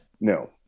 No